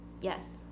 yes